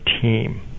team